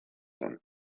zen